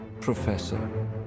Professor